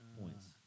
points